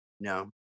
No